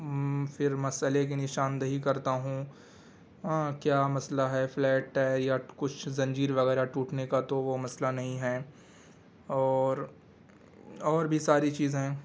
پھر مسئلے کی نشاندہی کرتا ہوں کیا مسئلہ ہے فلیٹ ٹائر یا کچھ زنجیر وغیرہ ٹوٹنے کا تو وہ مسئلہ نہیں ہیں اور اور بھی ساری چیزیں